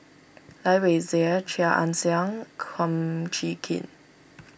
Lai Weijie Chia Ann Siang Kum Chee Kin